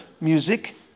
music